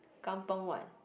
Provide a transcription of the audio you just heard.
kampung what